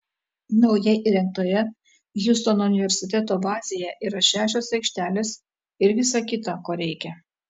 naujai įrengtoje hjustono universiteto bazėje yra šešios aikštelės ir visa kita ko reikia